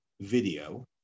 video